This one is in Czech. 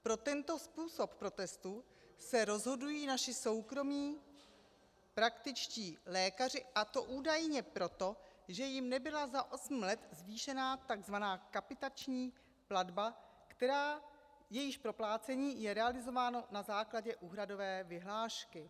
Pro tento způsob protestu se rozhodují naši soukromí praktičtí lékaři, a to údajně proto, že jim nebyla za osm let zvýšena takzvaná kapitační platba, jejíž proplácení je realizováno na základě úhradové vyhlášky.